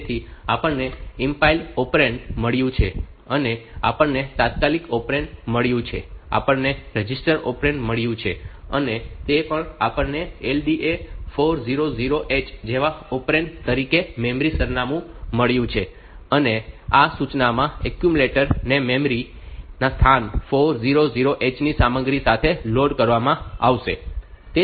તેથી આપણને implied operand મળ્યું છે અને આપણને તાત્કાલિક ઑપરેન્ડ મળ્યું છે આપણને રજિસ્ટર ઑપરેન્ડ મળ્યું છે અને એ પણ આપણને LDA 4000h જેવા ઑપરેન્ડ તરીકે મેમરી સરનામું મળ્યું છે અને આ સૂચનામાં એક્યુમ્યુલેટર ને મેમરી સ્થાન 4000h ની સામગ્રી સાથે લોડ કરવામાં આવશે